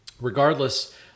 Regardless